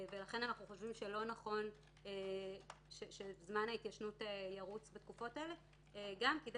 לכן אנחנו חושבים שלא נכון שזמן ההתיישנות ירוץ בתקופות האלה גם כדי